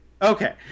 Okay